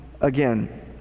again